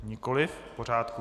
Nikoliv, v pořádku.